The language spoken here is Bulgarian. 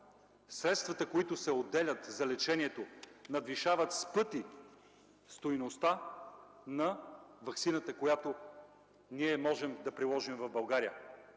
средствата които се отделят за лечението, с пъти надвишават стойността на ваксината, която ние можем да приложим в България.